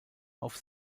auf